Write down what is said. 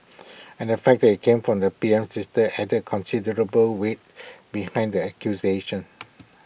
and the fact that IT came from the P M's sister added considerable weight behind the accusation